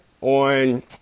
on